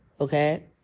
Okay